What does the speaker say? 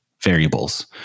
variables